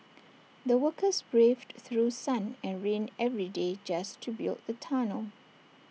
the workers braved through sun and rain every day just to build the tunnel